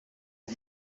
uwo